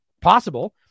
Possible